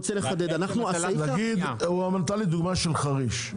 נגיד המנכ"ל לדוגמה של חריש,